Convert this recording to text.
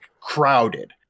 crowded